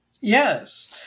Yes